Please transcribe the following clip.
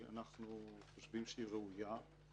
אנחנו חושבים שהיא ראויה.